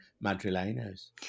Madrilenos